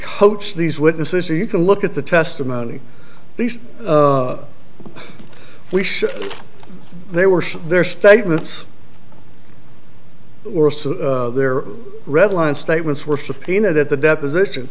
coach these witnesses or you can look at the testimony these we should they were their statements were their red line statements were subpoenaed at the deposition